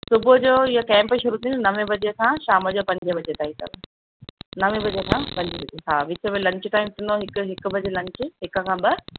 सुबूह जो इहो कैम्प शरू थींदो नवें बजे खां शाम जो पंजे बजे ताईं अथव नवें बजे खां पंजे बजे ईं हा विच में लंच टाईंम थींदो हिकु बजे लंच हा हिक खां ॿ